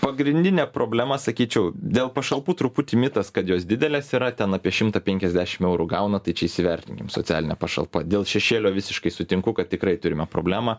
pagrindinė problema sakyčiau dėl pašalpų truputį mitas kad jos didelės yra ten apie šimtą penkiasdešim eurų gauna tai čia įsivertinkim socialinė pašalpa dėl šešėlio visiškai sutinku kad tikrai turime problemą